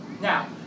Now